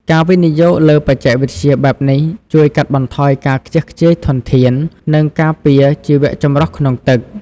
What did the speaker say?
ការវិនិយោគលើបច្ចេកវិទ្យាបែបនេះជួយកាត់បន្ថយការខ្ជះខ្ជាយធនធាន និងការពារជីវចម្រុះក្នុងទឹក។